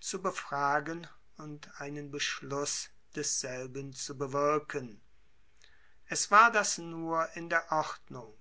zu befragen und einen beschluss desselben zu bewirken es war das nur in der ordnung